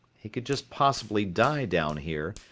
he could just possibly die down here,